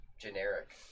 generic